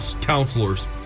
counselors